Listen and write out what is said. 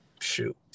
Shoot